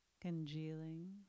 congealing